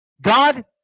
God